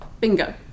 Bingo